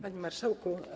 Panie Marszałku!